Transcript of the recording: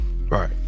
Right